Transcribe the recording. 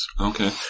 Okay